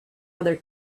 other